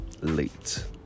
late